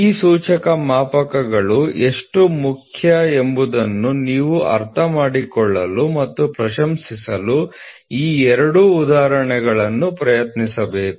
ಈ ಸೂಚಕ ಮಾಪಕಗಳು ಎಷ್ಟು ಮುಖ್ಯ ಎಂಬುದನ್ನು ನೀವು ಅರ್ಥಮಾಡಿಕೊಳ್ಳಲು ಮತ್ತು ಪ್ರಶಂಸಿಸಲು ಈ ಎರಡು ಉದಾಹರಣೆಗಳನ್ನು ಪ್ರಯತ್ನಿಸಬೇಕು